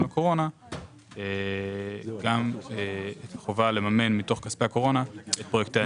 בקורונה גם את החובה לממן מתוך כספי הקורונה את פרויקטי ה-....